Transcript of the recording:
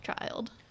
child